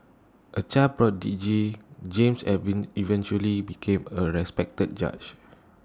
A child prodigy James eventually became A respected judge